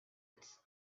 its